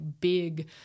big